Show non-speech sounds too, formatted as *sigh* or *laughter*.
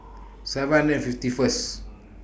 *noise* seven hundred and fifty First